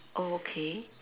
okay